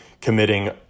committing